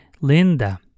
Linda